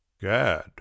Gad